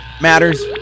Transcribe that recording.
matters